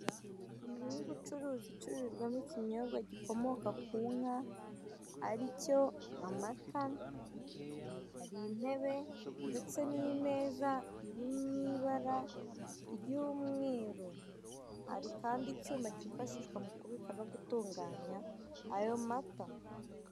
Inzu y'ubucuruzi icururizwamo ikinyobwa gikomoka ku nka ari cyo amata, hari intebe ndetse n'imeza iri mu ibara ry'umweru, hari kandi icyuma cyifashishwa mu kubika no gutunganya ayo mata.